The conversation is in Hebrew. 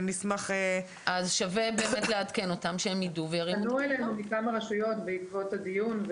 פנו אלינו מכמה רשויות בעקבות הדיון.